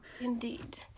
Indeed